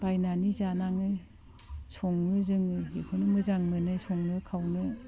बायनानै जानाङो सङो जोङो बेखौनो मोजां मोनो संनो खावनो